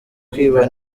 kwiba